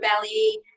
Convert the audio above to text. belly